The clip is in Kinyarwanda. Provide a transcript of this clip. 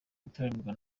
gutaramirwa